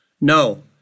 No